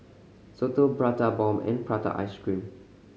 soto Prata Bomb and prata ice cream